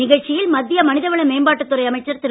நிகழ்ச்சியில் மத்திய மனிதவள மேம்பாட்டுத் துறை அமைச்சர் திரு